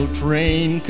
train